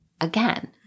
again